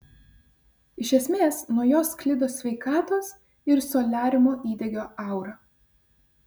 iš esmės nuo jos sklido sveikatos ir soliariumo įdegio aura